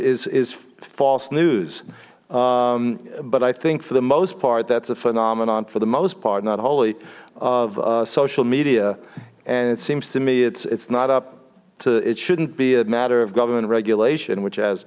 is is false news but i think for the most part that's a phenomenon for the most part not wholly of social media and it seems to me it's it's not up to it shouldn't be a matter of government regulation which has